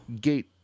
gate